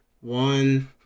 One